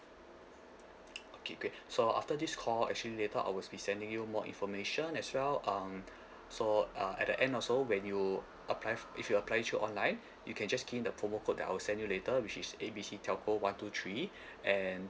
okay great so after this call actually later I will be sending you more information as well um so uh at the end also when you apply if you're applying through online you can just key in the promo code that I'll send you later which is A B C telco one two three and